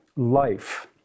life